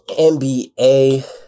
NBA